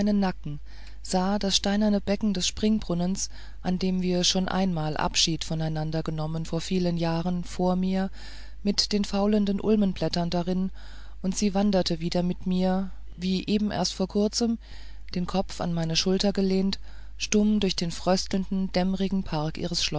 nacken sah das steinerne becken des springbrunnens an dem wir schon einmal abschied voneinander genommen vor vielen jahren vor mir mit den faulenden ulmenblättern darin und sie wanderte wieder mit mir wie soeben erst vor kurzem den kopf an meine schulter gelehnt stumm durch den frösteldnen dämmrigen park